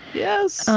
yes